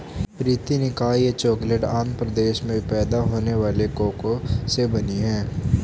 प्रीति ने कहा यह चॉकलेट आंध्र प्रदेश में पैदा होने वाले कोको से बनी है